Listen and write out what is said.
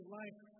life